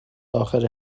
آخر